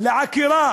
לעקירה